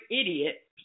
idiot